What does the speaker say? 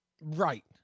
Right